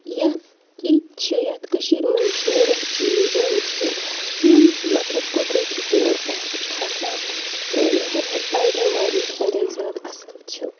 یَتھ ییٚتہِ چھِ یَتھ کٔشیٖر منٛز چھِ واریاہ چیٖز یِم چھِ یِم مطلب قُدرٔتی طور پٮ۪ٹھ چھِ کھَسان تہٕ یِمَن ہُنٛد پیداوار ییٚتہِ واریاہ زیادٕ اَصٕل چھِ